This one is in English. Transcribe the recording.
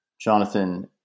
Jonathan